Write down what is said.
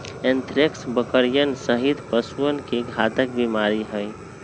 anthrax बकरियन सहित पशुअन के घातक बीमारी हई